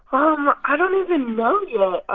um i don't even know you know ah